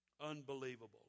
unbelievable